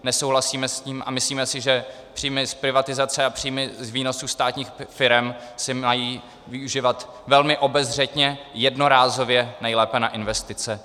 Nesouhlasíme s tím a myslíme si, že příjmy z privatizace a příjmy z výnosů státních firem se mají využívat velmi obezřetně, jednorázově, nejlépe na investice.